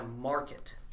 market